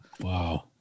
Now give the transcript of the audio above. Wow